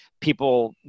People